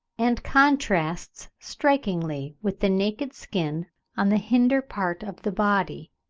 and contrasts strikingly with the naked skin on the hinder part of the body,